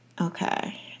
Okay